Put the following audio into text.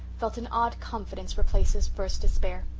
felt an odd confidence replace his first despair